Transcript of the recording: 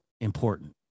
important